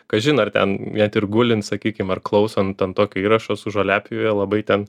kažin ar ten net ir gulint sakykim ar klausant ten tokio įrašo su žoliapjove labai ten